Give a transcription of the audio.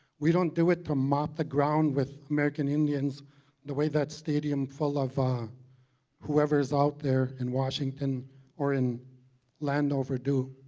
we don't do it to mock the ground with american indians the way that stadium full of um whoever's out there in washington or in landover do.